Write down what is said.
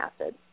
acid